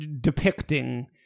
depicting